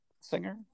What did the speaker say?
singer